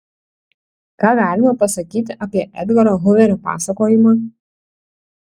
ką galima pasakyti apie edgaro huverio pasakojimą